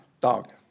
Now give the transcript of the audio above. Dog